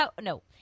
No